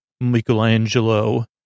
Michelangelo